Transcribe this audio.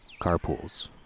carpools